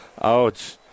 Ouch